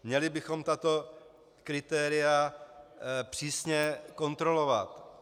Měli bychom tato kritéria přísně kontrolovat.